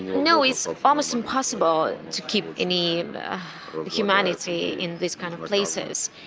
no, it's so almost impossible to keep any humanity in these kinds of places.